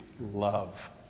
love